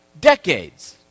decades